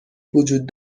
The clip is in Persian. وجود